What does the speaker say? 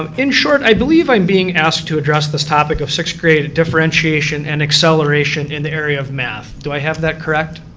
in short i believe i'm being asked to address this topic of sixth-grade differentiation and acceleration in the area of math. do i have that correct?